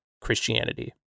christianity